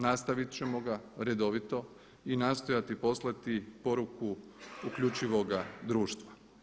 Nastavit ćemo ga redovito i nastojati poslati poruku uključivoga društva.